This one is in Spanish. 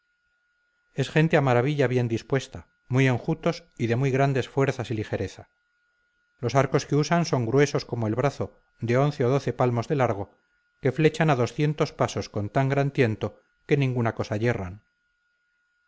es gente a maravilla bien dispuesta muy enjutos y de muy grandes fuerzas y ligereza los arcos que usan son gruesos como el brazo de once o doce palmos de largo que flechan a doscientos pasos con tan gran tiento que ninguna cosa yerran